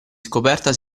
scoperta